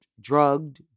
drugged